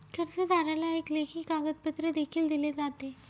कर्जदाराला एक लेखी कागदपत्र देखील दिले जाते